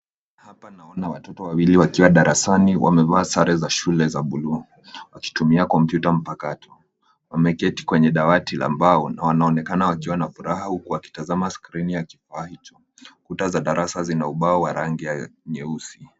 Hapa naona watoto wawili wakiwa darasani wamevaa sare za shule za bluu, wakitumia kompyuta mpakato, wameketi kwenye dawati la mbao, wanaonekana wakiwa na furaha huku wakitazama skrini ya kifaa hicho. Ukuta za darasa zina ubao wa rangi nyeusi.